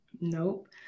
Nope